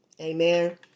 Amen